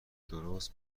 درست